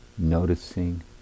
noticing